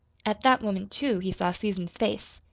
at that moment, too, he saw susan's face.